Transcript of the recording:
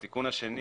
התיקון השני